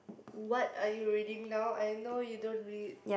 what are you reading now I know you don't read